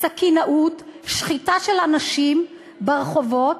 סכינאות, שחיטה של אנשים ברחובות.